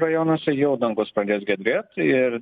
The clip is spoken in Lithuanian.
rajonuose jau dangus pradės giedrėt ir